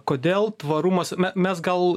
kodėl tvarumas me mes gal